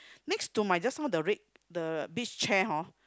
next to my just now the red the beach chair hor